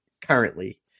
currently